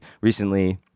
recently